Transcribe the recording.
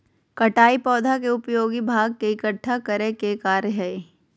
कटाई पौधा के उपयोगी भाग के इकट्ठा करय के कार्य हइ